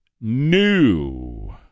new